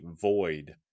void